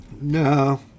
No